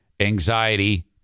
anxiety